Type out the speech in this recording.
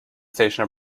station